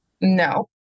no